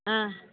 ಹಾಂ